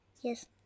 yes